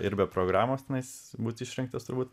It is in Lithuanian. ir be programos tenais bus išrinktas turbūt